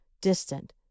distant